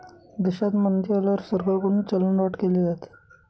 देशात मंदी आल्यावर सरकारकडून चलनवाढ केली जाते